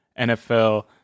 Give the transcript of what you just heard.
NFL